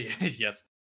yes